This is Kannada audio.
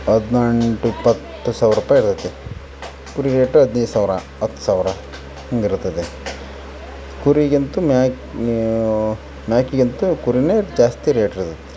ಹದ್ನೆಂಟು ಇಪ್ಪತ್ತು ಸಾವ್ರ ರುಪಾಯಿ ಇರ್ತದೆ ಕುರಿ ರೇಟ್ ಹದಿನೈದು ಸಾವಿರ ಹತ್ತು ಸಾವಿರ ಹಿಂಗೆ ಇರ್ತದೆ ಕುರಿಗೆ ಅಂತು ಮೇಕೆ ಮೇಕೆಗಂತು ಕುರಿನೆ ಜಾಸ್ತಿ ರೇಟ್ ಇರ್ತದೆ